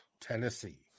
Tennessee